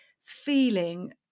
feeling